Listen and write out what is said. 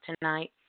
tonight